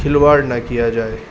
کھلواڑ نہ کیا جائے